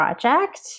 project